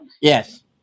Yes